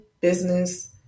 business